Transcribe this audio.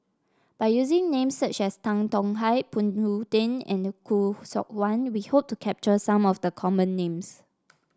by using names such as Tan Tong Hye Phoon Tien and Khoo Seok Wan we hope to capture some of the common names